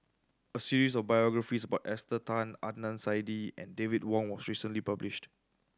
a series of biographies about Esther Tan Adnan Saidi and David Wong was recently published